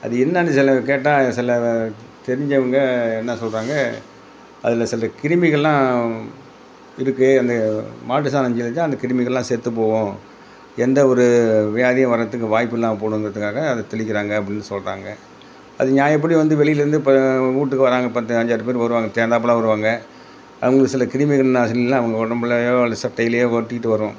அது என்னனு சில நேரம் கேட்டால் சில தெரிஞ்சவங்க என்ன சொல்கிறாங்க அதில் சில கிருமிகள்லாம் இருக்குது அந்த மாட்டுசாணம் தெளிச்சால் அந்த கிருமிகள்லாம் செத்துப்போகும் எந்த ஒரு வியாதியும் வர்றதுக்கு வாய்ப்பு இல்லாமல் போகணுங்குறதுக்காக அதை தெளிக்கிறாங்க அப்படின்னு சொல்கிறாங்க அது நியாயப்படி வந்து வெளிலேருந்து இப்போ வீட்டுக்கு வராங்க இப்போ இந்த அஞ்சாறு பேர் வருவாங்க சேர்ந்தாப்புல வருவாங்க அவங்க சில கிருமிகள் நாசினிகள்லாம் அவங்க உடம்புலயோ அல்லது சட்டைலேயோ ஒட்டிட்டு வரும்